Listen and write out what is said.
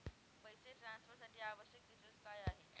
पैसे ट्रान्सफरसाठी आवश्यक डिटेल्स काय आहेत?